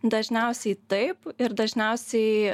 dažniausiai taip ir dažniausiai